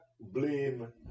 blame